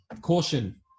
caution